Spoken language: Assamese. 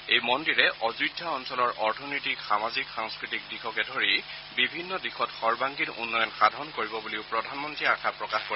এই মন্দিৰে অযোধ্যা অঞ্চলৰ অৰ্থনৈতিক সামাজিক সাংস্কৃতিক দিশকে ধৰি বিভিন্ন দিশত সৰ্বাংগীন উন্নয়ন সাধন কৰিব বুলিও প্ৰধানমন্ত্ৰীয়ে আশা প্ৰকাশ কৰে